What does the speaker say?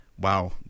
wow